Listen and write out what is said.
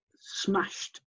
smashed